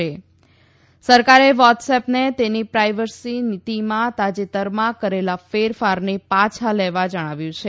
ે સરકારે વોટસએપને તેની પ્રાયવર્સી નીતીમાં તાજેતરમાં કરેલા ફેરફારને પાછા લેવા જણાવ્યું છે